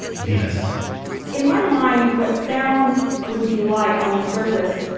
venus in my mind, what sound would be like on the surface,